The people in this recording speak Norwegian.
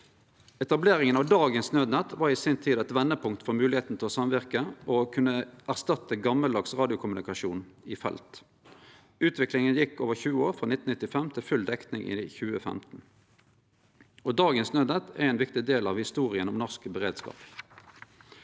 Etableringa av dagens Nødnett var i si tid eit vendepunkt for moglegheita til å samverke og kunne erstatte gamaldags radiokommunikasjon i felt. Utviklinga gjekk over 20 år, frå 1995, til full dekning i 2015. Dagens Nødnett er ein viktig del av historia om norsk beredskap.